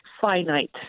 finite